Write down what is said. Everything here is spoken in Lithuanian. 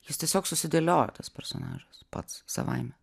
jis tiesiog susidėliojo tas personažas pats savaime